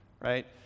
right